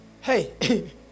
Hey